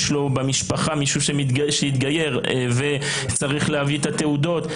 יש לו במשפחה מישהו שהתגייר וצריך להביא את התעודות.